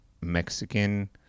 Mexican